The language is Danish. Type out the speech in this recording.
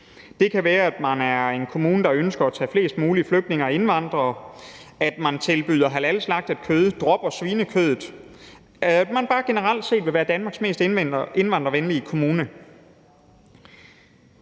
Det kan være, at man er en kommune, der ønsker at tage flest mulige flygtninge og indvandrere, tilbyde halalslagtet kød og droppe svinekødet og bare generelt set vil være Danmarks mest indvandrervenlige kommune.